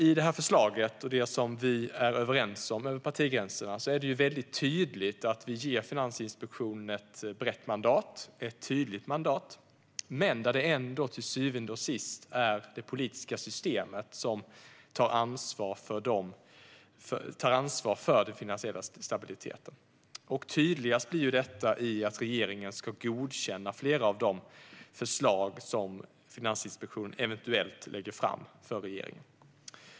I det som vi är överens om över partigränserna är det väldigt tydligt att vi ger Finansinspektionen ett brett och tydligt mandat, men till syvende och sist är det ändå det politiska systemet som tar ansvar för den finansiella stabiliteten. Tydligast blir detta i att regeringen ska godkänna flera av de förslag som Finansinspektionen eventuellt lägger fram för regeringen.